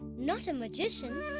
not a magician!